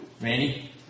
Randy